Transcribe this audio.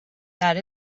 that